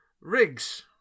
Riggs